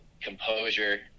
composure